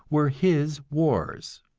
were his wars.